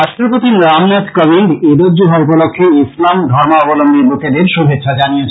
রাষ্ট্রপতি রামনাথ কোবিন্দ ঈদ উজ জোহা উপলক্ষ্যে ইসলাম ধর্মাবলম্বী লোকেদের শুভেচ্ছা জানিয়েছেন